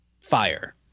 fire